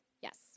Yes